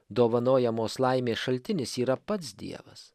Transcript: dovanojamos laimės šaltinis yra pats dievas